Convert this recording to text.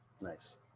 Nice